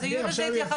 אז המועצות הדתיות,